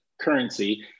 currency